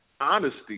honesty